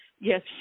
yes